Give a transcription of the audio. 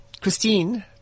Christine